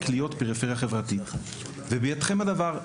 להיות פריפריה חברתית ובידכם הדבר,